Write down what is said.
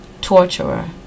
torturer